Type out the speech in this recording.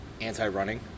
anti-running